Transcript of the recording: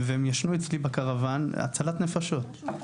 והם ישנו אצלי בקרוואן, הצלת נפשות.